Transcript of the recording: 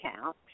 account